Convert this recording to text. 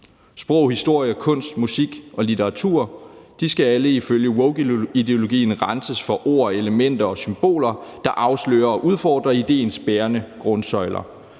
Sprog, historie, kunst, musik og litteratur skal alle ifølge wokeideologien renses for ord, elementer og symboler, der afslører og udfordrer idéens bærende grundsøjler.